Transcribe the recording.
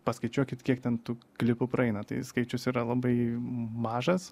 paskaičiuokit kiek ten tų klipų praeina tai skaičius yra labai mažas